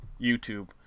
YouTube